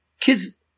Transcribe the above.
Kids